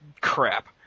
crap